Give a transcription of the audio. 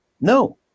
No